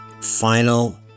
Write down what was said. final